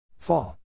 Fall